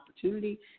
opportunity